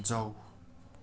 जाऊ